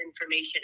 information